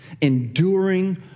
enduring